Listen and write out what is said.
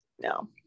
No